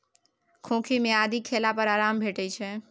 खोंखी मे आदि खेला पर आराम भेटै छै